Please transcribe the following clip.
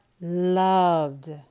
loved